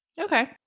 Okay